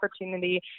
opportunity